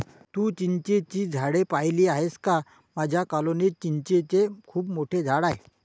तू चिंचेची झाडे पाहिली आहेस का माझ्या कॉलनीत चिंचेचे खूप मोठे झाड आहे